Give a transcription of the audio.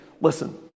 listen